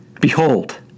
Behold